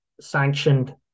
sanctioned